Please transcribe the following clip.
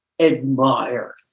admire